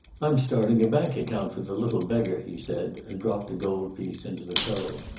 i'm starting a bank account for the little beggar, he said, and dropped a gold piece into the toe.